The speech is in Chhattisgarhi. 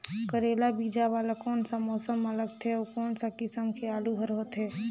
करेला बीजा वाला कोन सा मौसम म लगथे अउ कोन सा किसम के आलू हर होथे?